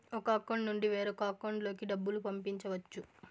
ఒక అకౌంట్ నుండి వేరొక అకౌంట్ లోకి డబ్బులు పంపించవచ్చు